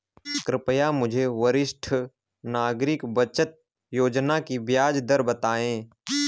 कृपया मुझे वरिष्ठ नागरिक बचत योजना की ब्याज दर बताएं?